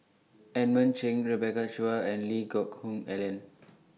Edmund Cheng Rebecca Chua and Lee Geck Hoon Ellen